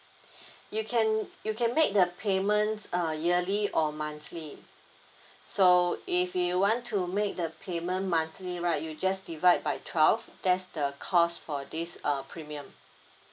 you can you can make the payments uh yearly or monthly so if you want to make the payment monthly right you just divide by twelve that's the cost for this uh premium